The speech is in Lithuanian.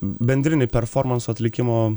bendriniai performanso atlikimo